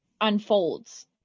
unfolds